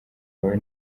wawe